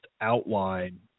outline